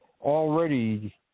already